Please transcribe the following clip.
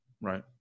Right